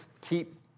keep